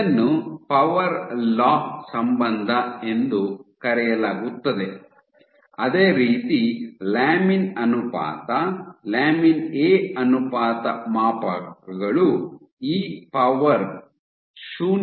ಇದನ್ನು power law ಸಂಬಂಧ ಎಂದು ಕರೆಯಲಾಗುತ್ತದೆ ಅದೇ ರೀತಿ ಲ್ಯಾಮಿನ್ ಅನುಪಾತ ಲ್ಯಾಮಿನ್ ಎ ಅನುಪಾತ ಮಾಪಕಗಳು ಇ ಪವರ್ 0